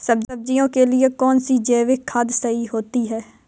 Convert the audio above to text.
सब्जियों के लिए कौन सी जैविक खाद सही होती है?